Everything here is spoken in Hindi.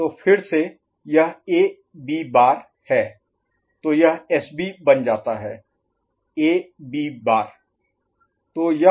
तो फिर से यह ए बी बार AB' है तो यह एसबी बन जाता है ए बी बार AB'